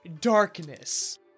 darkness